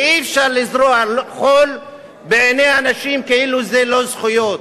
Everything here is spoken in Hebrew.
ואי-אפשר לזרות חול בעיני אנשים כאילו זה לא זכויות,